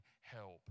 help